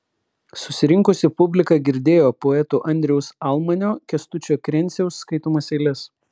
susirinkusi publika girdėjo poetų andriaus almanio kęstučio krenciaus skaitomas eiles